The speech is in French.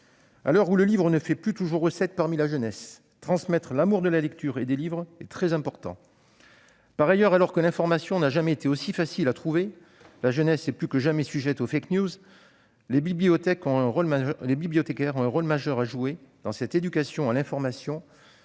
À l'heure où le livre ne fait plus toujours recette parmi la jeunesse, transmettre l'amour de la lecture et des livres est très important. Par ailleurs, alors que l'information n'a jamais été aussi facile à trouver, que la jeunesse est plus que jamais sujette aux, les bibliothécaires ont un rôle majeur à jouer dans cette éducation à l'information